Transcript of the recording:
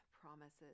promises